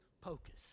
pocus